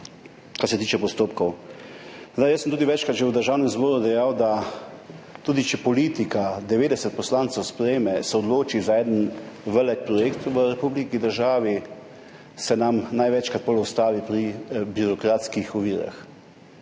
kar se tiče postopkov. Večkrat sem tudi že v Državnem zboru dejal, da tudi če politika, 90 poslancev sprejme, se odloči za en velik projekt v republiki, državi, se nam največkrat potem ustavi pri birokratskih ovirah.